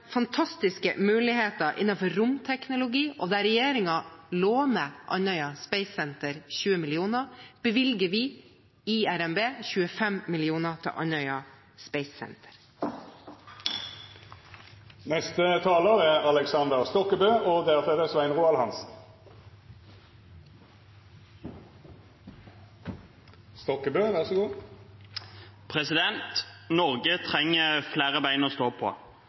fantastiske muligheter innenfor romteknologi, og der regjeringen låner Andøya Space Center 20 mill. kr, bevilger vi i revidert nasjonalbudsjett 25 mill. kr til Andøya Space Center.